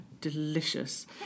Delicious